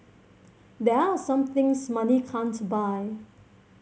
there are some things money can't buy